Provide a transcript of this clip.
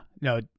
No